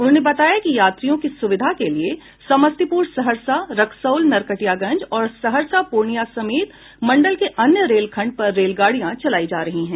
उन्होंने बताया कि यात्रियों की सुविधा के लिए समस्तीपूर सहरसा रक्सौल नरकटियागंज और सहरसा पूणिया समेत मंडल के अन्य रेल खंड पर रेल गाडियां चलाई जा रही है